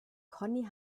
conny